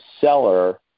seller